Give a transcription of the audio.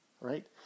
right